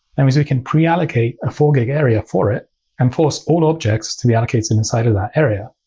that means we can pre-allocate a four gig area for it and force all objects to be allocated inside of that area.